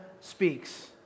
speaks